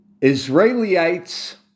Israelites